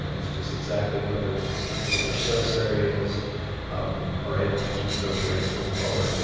is just exactly what their you know what their service area is are able to keep those rates a little lower.